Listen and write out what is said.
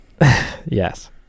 Yes